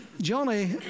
Johnny